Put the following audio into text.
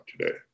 today